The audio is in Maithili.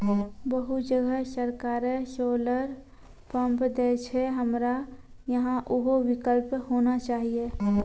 बहुत जगह सरकारे सोलर पम्प देय छैय, हमरा यहाँ उहो विकल्प होना चाहिए?